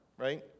right